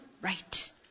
right